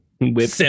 whip